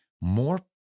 more